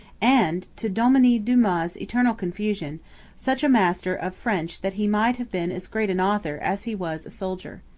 and to dominie dumas's eternal confusion such a master of french that he might have been as great an author as he was a soldier.